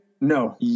No